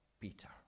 Peter